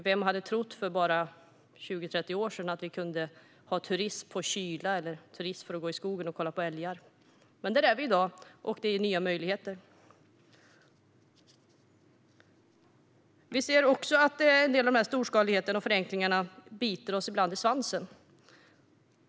Vem hade trott för bara 20-30 år sedan att vi kunde ha turism på kyla eller för att gå i skogen och kolla på älgar? Men där är vi i dag, och det ger nya möjligheter. Vi ser också att en del av storskaligheten och förenklingarna ibland biter oss i svansen.